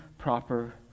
proper